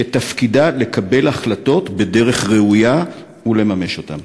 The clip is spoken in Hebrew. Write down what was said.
שתפקידה לקבל החלטות בדרך ראויה ולממש אותן.